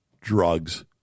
drugs